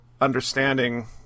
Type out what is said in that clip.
understanding